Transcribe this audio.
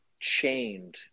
chained